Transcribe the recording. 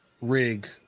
rig